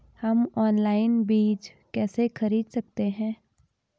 हम ऑनलाइन बीज कैसे खरीद सकते हैं?